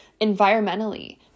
Environmentally